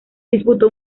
disputó